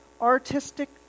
artistic